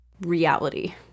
reality